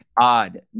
odd